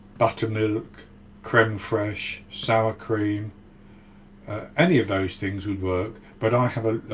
buttermil k creme fraiche, sour cream any of those things would work. but i have ah